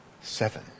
seven